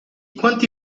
quanti